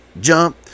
Jump